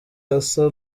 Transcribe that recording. asa